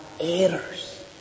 errors